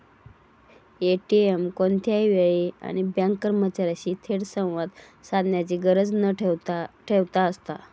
ATM कोणत्याही वेळी आणि बँक कर्मचार्यांशी थेट संवाद साधण्याची गरज न ठेवता असता